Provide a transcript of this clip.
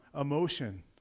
emotion